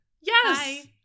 Yes